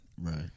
Right